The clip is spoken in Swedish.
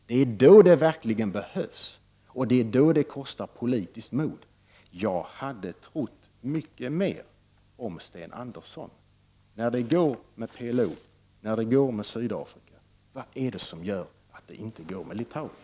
Det är nu det verkligen behövs och kostar politiskt mod. Jag hade trott mycket mer om Sten Andersson. När det går att erkänna PLO och Sydafrika, vad är det då som gör att det inte går att erkänna Litauen?